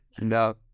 No